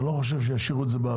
אני לא חושב שישאירו את זה באוויר,